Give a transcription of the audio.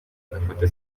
agafata